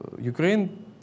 Ukraine